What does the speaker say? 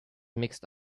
mixed